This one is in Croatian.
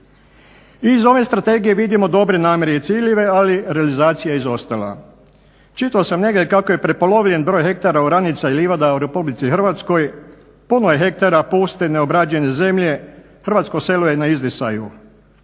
Iz ove strategije vidimo dobre namjere i ciljeve, ali realizacija je izostala. Čitao sam negdje kako je prepolovljen broj hektara oranica i livada u Republici Hrvatskoj, puno je hektara puste neobrađene zemlje, hrvatsko selo je na izdisaju.